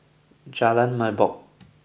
Jalan Merbok